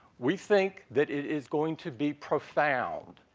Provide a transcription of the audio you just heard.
we think that it is going to be profound.